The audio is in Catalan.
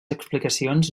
explicacions